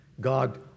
God